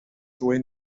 ddwy